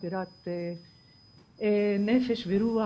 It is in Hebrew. חברת נפש ורוח,